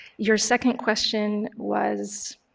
your second question was,